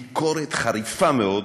ביקורת חריפה מאוד,